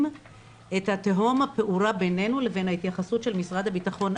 את התהום הפעורה בינינו לבין ההתייחסות של משרד הבטחון.